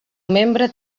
membre